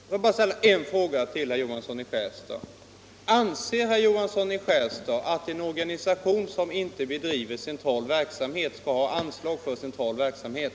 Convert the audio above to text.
Herr talman! Bara en fråga till herr Johansson i Skärstad: Anser herr Johansson i Skärstad att en organisation som inte bedriver central verksamhet skall ha anslag för central verksamhet?